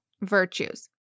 virtues